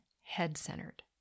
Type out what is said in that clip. head-centered